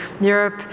Europe